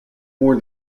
more